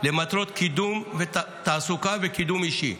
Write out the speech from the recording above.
למטרות קידום תעסוקה וקידום אישי,